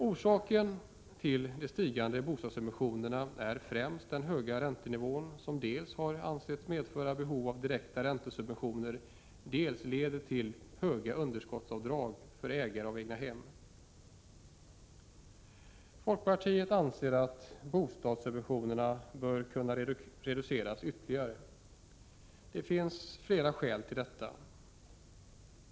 Orsaken till de stigande bostadssubventionerna är främst den höga räntenivån, som dels ansetts medföra behov av direkta räntesubventioner, dels leder till höga underskottsavdrag för ägare av egnahem. Folkpartiet anser att bostadssubventionerna bör kunna reduceras ytterligare. Det finns flera skäl till detta.